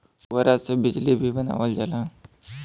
पुवरा से बिजली भी बनावल जाला